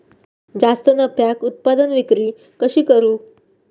जास्त नफ्याक उत्पादन विक्री कशी करू?